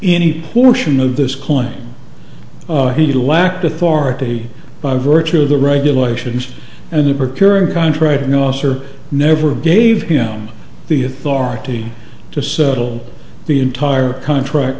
any portion of this coin he lacked authority by virtue of the regulations and the per curiam contract an officer never gave him the authority to settle the entire contract